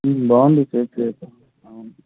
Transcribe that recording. బాగుంది సేఫ్టీ అయితే